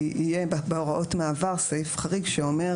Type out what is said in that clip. בהוראות המעבר יהיה סעיף חריג שאומר